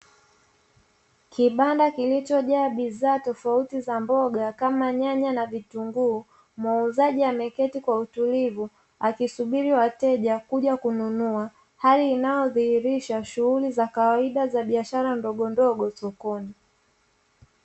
Kibanda kilichojaa bidhaa tofauti za mboga kama nyanya na vitunguu, muuzaji ameketi kwa utulivu akisubiri wateja kuja kununua, hali inayodhihirisha shughuli za kawaida biashara ndogondogo sokoni.